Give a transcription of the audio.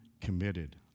committed